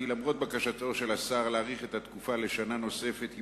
למרות בקשתו של השר להאריך את התקופה לשנה נוספת,